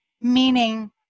meaning